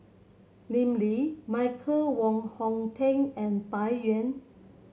Lim Lee Michael Wong Hong Teng and Bai Yan